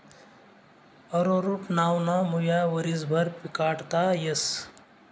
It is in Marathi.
अरोरुट नावना मुया वरीसभर पिकाडता येस